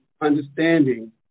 understanding